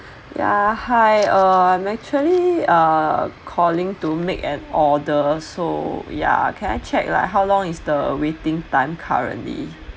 ya hi uh I'm actually uh calling to make an order so yeah can I check like how long is the waiting time currently